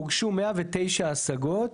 הוגשו 109 השגות.